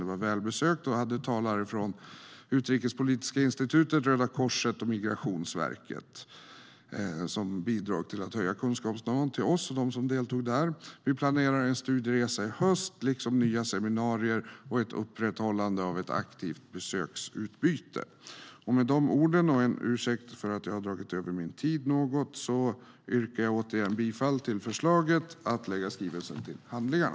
Det var välbesökt, och vi hade talare från Utrikespolitiska institutet, Röda Korset och Migrationsverket som bidrog till att höja kunskapsnivån hos oss och dem som deltog. Vi planerar en studieresa i höst liksom nya seminarier och ett upprätthållande av ett aktivt besöksutbyte. Med dessa ord och en ursäkt för att jag har överskridit min anmälda talartid något yrkar jag återigen bifall till förslaget att lägga skrivelsen till handlingarna.